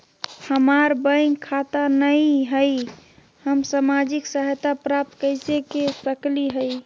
हमार बैंक खाता नई हई, हम सामाजिक सहायता प्राप्त कैसे के सकली हई?